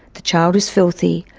the child is filthy,